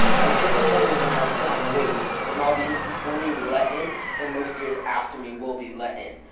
i was disappointed when i was put on the waitlist when all the years before me were let in and most years after me will be let in.